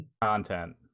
content